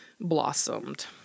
blossomed